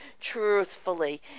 truthfully